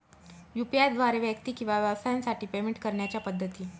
UPI द्वारे व्यक्ती किंवा व्यवसायांसाठी पेमेंट करण्याच्या पद्धती